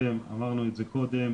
אמרנו את זה קודם,